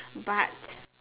but